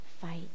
fight